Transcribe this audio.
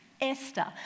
Esther